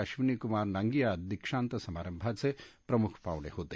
अश्विनीक्मार नांगिया दीक्षांत समारंभाचे प्रमुख पाह्णे होते